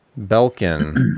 Belkin